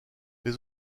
les